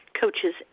coaches